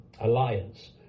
Alliance